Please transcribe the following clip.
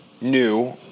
new